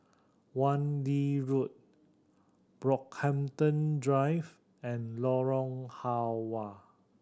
Wan Lee Road Brockhampton Drive and Lorong Halwa